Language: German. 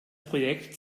projekt